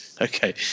Okay